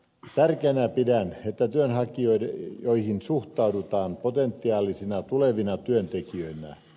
tärkeänä pidän että työnhakijoihin suhtaudutaan potentiaalisina tulevina työntekijöinä